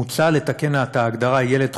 מוצע לתקן את ההגדרה "ילד חולה"